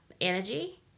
energy